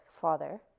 father